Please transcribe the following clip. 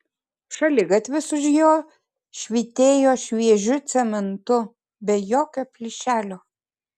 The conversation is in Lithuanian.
šaligatvis už jo švytėjo šviežiu cementu be jokio plyšelio